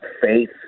faith